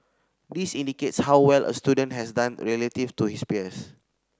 this indicates how well a student has done relative to his peers